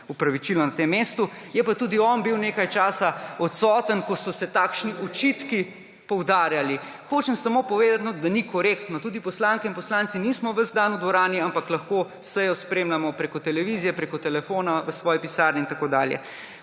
opravičilo na tem mestu. Je pa tudi on bil nekaj časa odsoten, ko so se takšni očitki poudarjali. Hočem samo povedati, da ni korektno. Tudi poslanke in poslanci nismo ves dan v dvorani, ampak lahko sejo spremljamo preko televizije, preko telefona, v svoji pisarni in tako dalje.